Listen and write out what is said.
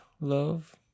love